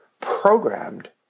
programmed